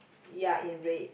ya in red